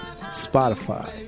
Spotify